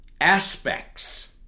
aspects